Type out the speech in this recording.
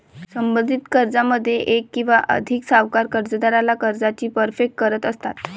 संबंधित कर्जामध्ये एक किंवा अधिक सावकार कर्जदाराला कर्जाची परतफेड करत असतात